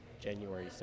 January